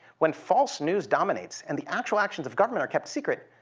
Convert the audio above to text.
when false news dominates and the actual actions of government are kept secret,